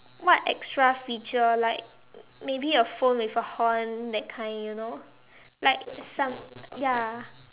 what extra feature like maybe a phone with a horn that kind you know like some ya